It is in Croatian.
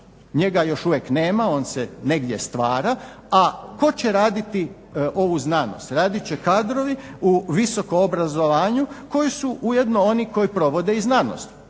Njega još uvijek nema, on se negdje stvara, a tko će raditi ovu znanost? Radit će kadrovi u visokom obrazovanju koji su ujedno oni koji provode i znanost,